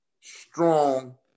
strong